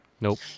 Nope